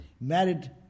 married